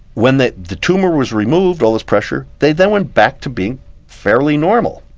when the the tumour was removed, all this pressure, they then went back to being fairly normal.